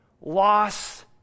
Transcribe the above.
loss